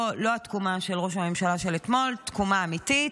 לא התקומה של ראש הממשלה אתמול, תקומה אמיתית,